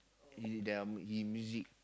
he their he music